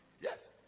Yes